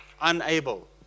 unable